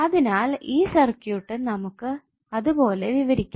അതിനാൽ ഈ സർക്യൂട്ട് നമുക്ക് അതുപോലെ വിവരിക്കാം